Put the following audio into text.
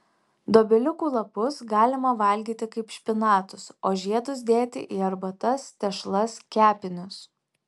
dobiliukų lapus galima valgyti kaip špinatus o žiedus dėti į arbatas tešlas kepinius